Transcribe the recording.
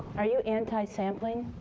are you anti-sampling?